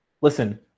listen